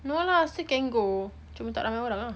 no lah still can go cuma tak ramai orang ah